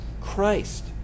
Christ